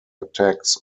attacks